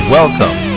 Welcome